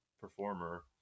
performer